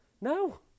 No